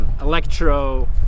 Electro